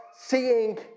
seeing